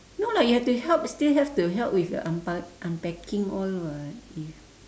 no lah you have you to help still have to help with the unpack~ unpacking all [what] if